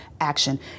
action